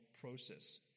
process